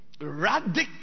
Radical